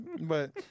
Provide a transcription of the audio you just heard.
But-